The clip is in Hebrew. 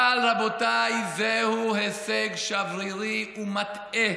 אבל רבותיי, זהו הישג שברירי ומטעה.